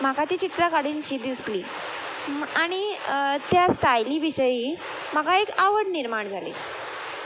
म्हाका ती चित्र काडिनशी दिसली आनी त्या स्टायली विशयी म्हाका एक आवड निर्माण जाली